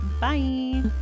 bye